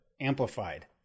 amplified